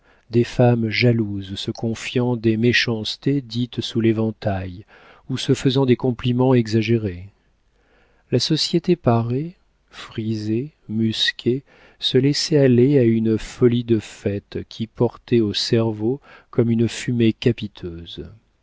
des femmes jalouses se confiant des méchancetés dites sous l'éventail ou se faisant des compliments exagérés la société parée frisée musquée se laissait aller à une folie de fête qui portait au cerveau comme une fumée capiteuse